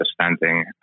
understanding